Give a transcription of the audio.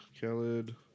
Khaled